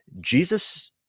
Jesus